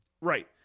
Right